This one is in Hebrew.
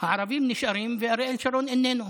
הערבים נשארים ואריאל שרון איננו,